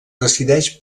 decideix